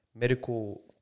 medical